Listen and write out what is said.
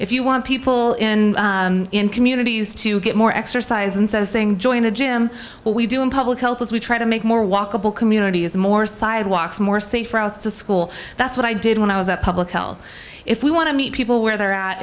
if you want people in communities to get more exercise instead of saying join a gym what we do in public health is we try to make more walkable communities more sidewalks more safe routes to school that's what i did when i was at public health if we want to meet people where they're at